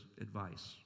advice